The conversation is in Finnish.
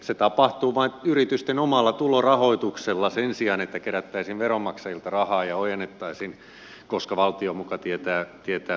se tapahtuu vain yritysten omalla tulorahoituksella sen sijaan että kerättäisiin veronmaksajilta rahaa ja ojennettaisiin yrityksille koska valtio muka tietää paremmin